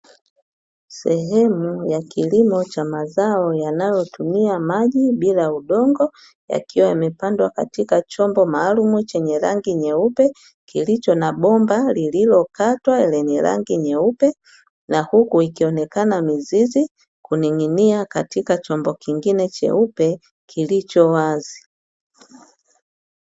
Sehemu ya kilimo cha mazao yanayotumia maji bila udongo, yakiwa yamepandwa katika chombo maalumu chenye rangi nyeupe kilicho na bomba lililokatwa lenye rangi nyeupe, na huku ikionekana mizizi kuning'inia katika chombo kingine cheupe kilicho wazi.